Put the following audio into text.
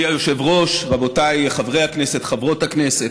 אדוני היושב-ראש, רבותיי חברי הכנסת, חברות הכנסת,